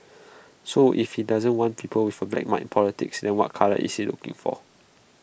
so if he doesn't want people with A black mark in politics then what colour is he looking for